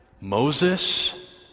Moses